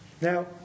Now